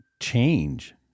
change